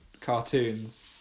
cartoons